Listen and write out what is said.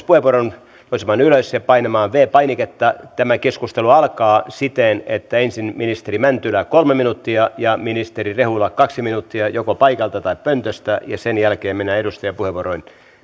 puheenvuoron nousemaan ylös ja painamaan viides painiketta tämä keskustelu alkaa siten että ensin ministeri mäntylä kolme minuuttia ja ministeri rehula kaksi minuuttia joko paikalta tai pöntöstä ja sen jälkeen mennään edustajapuheenvuoroihin